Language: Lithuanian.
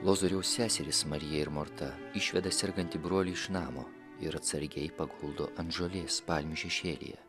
lozoriaus seserys marija ir morta išveda sergantį brolį iš namo ir atsargiai paguldo ant žolės palmių šešėlyje